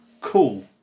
Cool